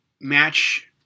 match